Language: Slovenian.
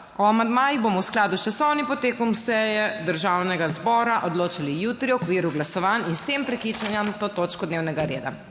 amandmajih bomo v skladu s časovnim potekom seje Državnega zbora odločali jutri, v okviru glasovanj in s tem prekinjam to točko dnevnega reda.